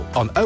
on